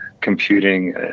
computing